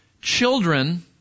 children